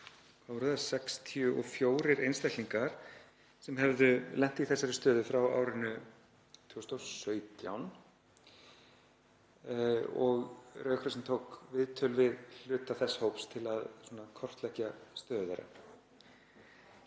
hér voru 64 einstaklingar sem höfðu lent í þessari stöðu frá árinu 2017 og Rauði krossinn tók viðtöl við hluta þess hóps til að kortleggja stöðu hans.